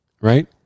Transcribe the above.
right